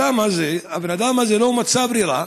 הבן אדם הזה לא מצא ברירה